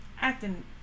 acting